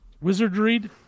Wizard-read